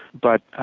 but